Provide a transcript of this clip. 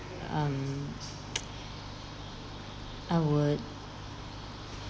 um I would